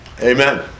Amen